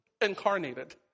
incarnated